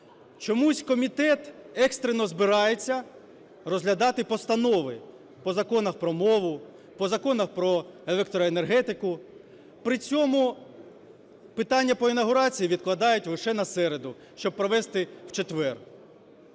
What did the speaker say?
Чомусь комітет екстрено збирається розглядати постанови по законах про мову, по законах про електроенергетику, при цьому питання по інавгурації відкладають лише на середу, щоб провести в четвер.